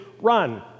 run